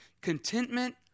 contentment